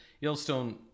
Yellowstone